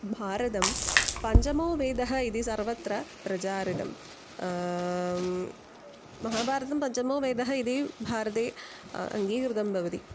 भारतं पञ्चमः वेदः इति सर्वत्र प्रचारितं महाभारतं पञ्चमः वेदः इदि भारते अङ्गीकृतं भवति